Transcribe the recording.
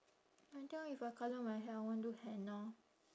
I tell if I colour my hair I want do henna